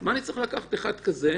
מה אני צריך לקחת אחד כזה?